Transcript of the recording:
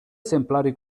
esemplari